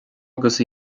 agus